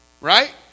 Right